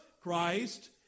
Christ